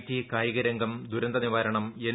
T കായികരംഗം ദുരന്തനിവാരണം N